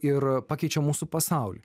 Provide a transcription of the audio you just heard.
ir pakeičia mūsų pasaulį